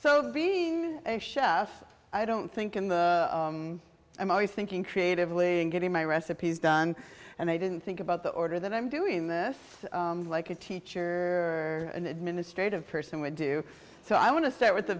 so being a chef i don't think and i'm always thinking creatively and getting my recipes done and they didn't think about the order that i'm doing this like a teacher or an administrative person would do so i want to start with